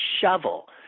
shovel